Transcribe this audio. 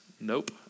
Nope